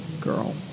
girl